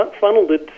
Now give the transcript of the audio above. funneled